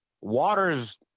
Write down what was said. Waters